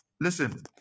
Listen